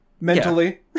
Mentally